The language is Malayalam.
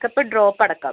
പിക്കപ്പ് ഡ്രോപ്പ് അടക്കം